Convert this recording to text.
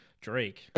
Drake